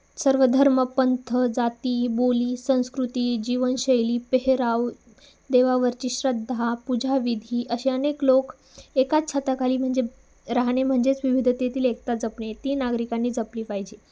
सर्व धर्म पंथ जाती बोली संस्कृती जीवनशैली पेहराव देवावरची श्रद्धा पूजाविधी असे अनेक लोक एकाच छताखाली म्हणजे राहणे म्हणजेच विविधतेतील एकता जपणे ती नागरिकांनी जपली पाहिजे